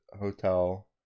hotel